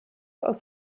auf